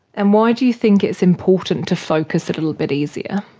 and why do you think it's important to focus a little bit easier?